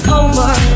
over